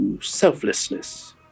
selflessness